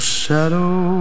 shadow